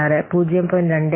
66 0